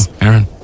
Aaron